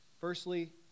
Firstly